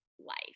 life